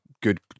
good